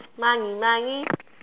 money money